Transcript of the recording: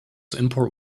import